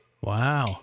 wow